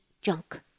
junk